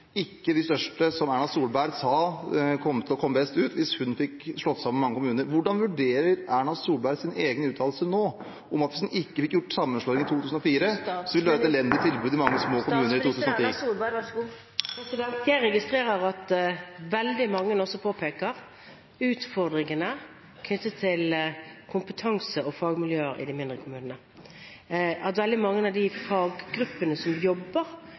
ikke de største, som Erna Solberg sa kom til å komme best ut hvis hun fikk slått sammen mange kommuner. Hvordan vurderer Erna Solberg sine egne uttalelser nå, om at hvis man ikke fikk gjort sammenslåing i 2004, ville det være et elendig tilbud i mange små kommuner i 2010? Jeg registrerer at veldig mange også påpeker utfordringene knyttet til kompetanse og fagmiljø i de mindre kommunene, at veldig mange som jobber i faggrupper, påpeker at det blir for små fagmiljøer. Vi har før hatt diskusjon om den fagutredningen som